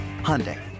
Hyundai